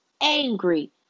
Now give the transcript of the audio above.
angry